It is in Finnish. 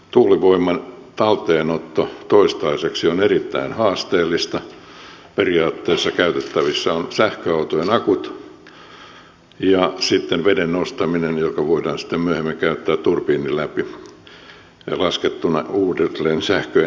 tuulivoiman talteenotto toistaiseksi on erittäin haasteellista periaatteessa käytettävissä ovat sähköautojen akut ja sitten veden ostaminen se voidaan sitten myöhemmin käyttää turbiinin läpi laskettuna uudelleen sähköenergiaksi